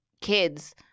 kids